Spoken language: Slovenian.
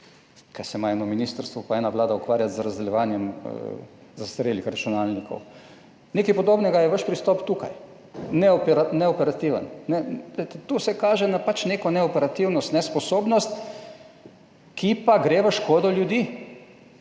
kaj se ima eno ministrstvo pa ena Vlada ukvarja z razdeljevanjem zastarelih računalnikov. Nekaj podobnega je vaš pristop tukaj, neoperativen. To se kaže na pač neko neoperativnost, nesposobnost, ki pa gre v škodo ljudi.